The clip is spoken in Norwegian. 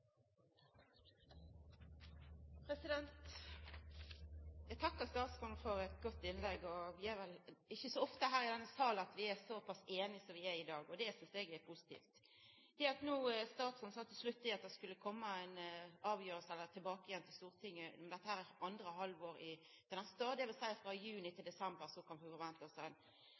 ikkje så ofte her i denne sal at vi er så pass einige som vi er i dag, og det synest eg er positivt. Statsråden sa til slutt at ein skulle komma tilbake til Stortinget om dette andre halvår neste år, dvs. at vi mellom juni og desember kan venta oss ei sak tilbake til